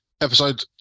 episode